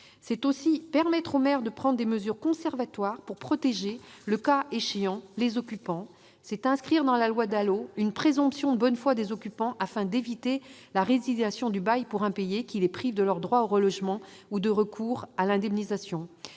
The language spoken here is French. de permettre aux maires de prendre des mesures conservatoires pour protéger, le cas échéant, les occupants et d'inscrire dans la loi DALO une présomption de bonne foi des occupants, afin d'éviter la résiliation du bail pour impayés, qui les prive de leur droit à relogement ou de recours à indemnisation.